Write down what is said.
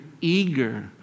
eager